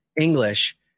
English